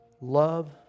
Love